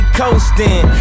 coasting